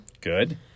Good